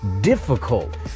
difficult